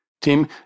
Tim